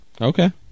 Okay